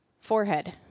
forehead